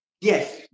Yes